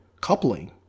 coupling